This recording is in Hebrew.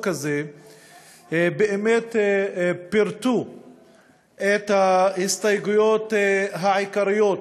הזה באמת פירטו את ההסתייגויות העיקריות